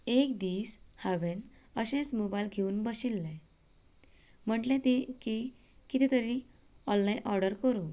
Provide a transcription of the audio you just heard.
एक दीस हांवेन अशेंच मोबायल घेवन बशिल्लें म्हटलें ते की कितें तरी ऑनलायन ऑर्डर करूं